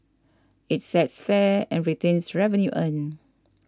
it sets fares and retains revenue earned